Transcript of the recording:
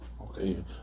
Okay